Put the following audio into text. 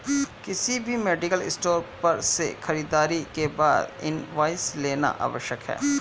किसी भी medical store पर से खरीदारी के बाद इनवॉइस लेना आवश्यक है